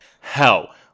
Hell